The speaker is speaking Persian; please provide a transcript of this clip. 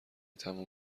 تموم